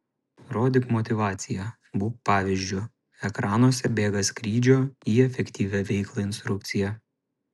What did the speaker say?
rodyk motyvaciją būk pavyzdžiu ekranuose bėga skrydžio į efektyvią veiklą instrukcija